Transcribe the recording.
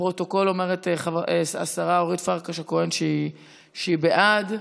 לפרוטוקול אומרת השרה אורית פרקש הכהן שהיא בעד,